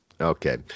Okay